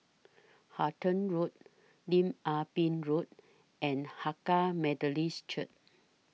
Halton Road Lim Ah Pin Road and Hakka Methodist Church